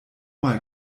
mal